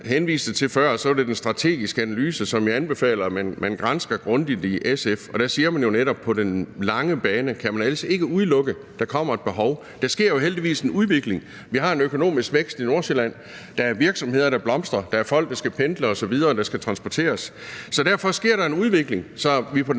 henviste til før, er der den strategiske analyse, som jeg anbefaler at man gransker grundigt i SF. Og der siger man jo netop, at på den lange bane kan man altså ikke udelukke, at der kommer et behov. Der sker jo heldigvis en udvikling; vi har en økonomisk vækst i Nordsjælland; der er virksomheder, der blomstrer; der er folk, der skal pendle, og som skal transporteres osv. Derfor sker der en udvikling, så vi på den